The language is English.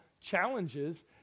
challenges